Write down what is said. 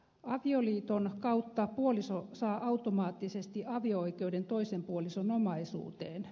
avioliiton kautta puoliso saa automaattisesti avio oi keuden toisen puolison omaisuuteen